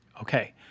Okay